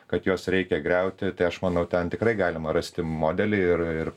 kad juos reikia griauti tai aš manau ten tikrai galima rasti modelį ir ir